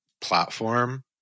platform